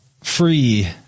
free